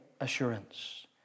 assurance